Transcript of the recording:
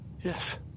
Yes